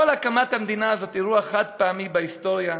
כל הקמת המדינה הזאת הייתה אירוע חד-פעמי בהיסטוריה.